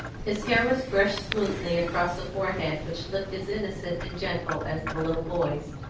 his hair was brushed smoothly across a forehead which looked as innocent and gentle as the little boy's.